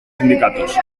sindicatos